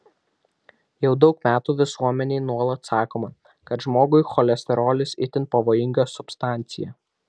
jau daug metų visuomenei nuolat sakoma kad žmogui cholesterolis itin pavojinga substancija